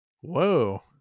Whoa